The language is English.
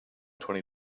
twenty